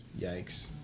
Yikes